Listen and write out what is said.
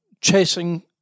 chasing